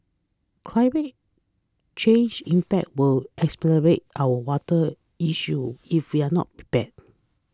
climate change impact will exacerbate our water issues if we are not prepared